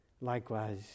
Likewise